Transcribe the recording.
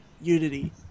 Unity